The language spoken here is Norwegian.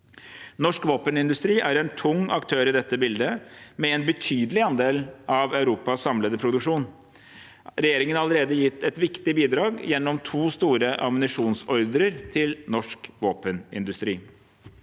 Norsk våpenindustri er en tung aktør i dette bildet, med en betydelig andel av Europas samlede produksjon. Regjeringen har allerede gitt et viktig bidrag gjennom to store ammunisjonsordrer til norsk våpenindustri.